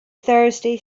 thursday